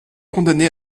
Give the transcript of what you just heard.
condamné